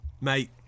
Mate